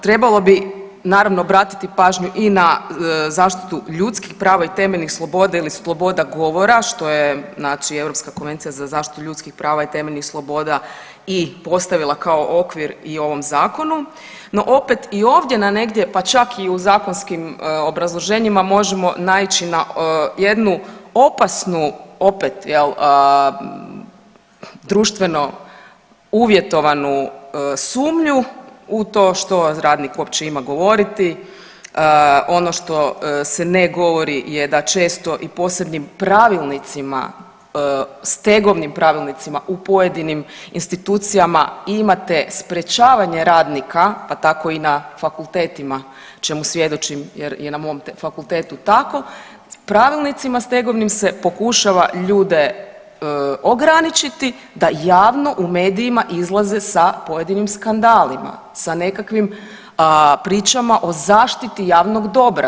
Trebalo bi naravno obratiti pažnju i na zaštitu ljudskih prava i temeljnih sloboda ili sloboda govora, što je znači Europska konvencija za zaštitu ljudskih prava i temeljnih sloboda i postavila kao okvir i ovom zakonu, no opet i ovdje negdje, pa čak i u zakonskim obrazloženjima možemo naići na jednu opasnu opet jel društveno uvjetovanu sumnju u to što radnik uopće ima govoriti, ono što se ne govori je da često i posebnim pravilnicima, stegovnim pravilnicima u pojedinim institucijama imate sprječavanje radnika, pa tako i na fakultetima čemu svjedočim jer je na mom fakultetu tako, pravilnicima stegovnim se pokušava ljude ograničiti da javno u medijima izlaze sa pojedinim skandalima, sa nekakvim pričama o zaštiti javnog dobra.